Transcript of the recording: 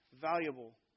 valuable